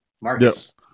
Marcus